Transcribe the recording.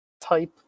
type